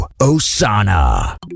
Osana